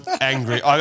angry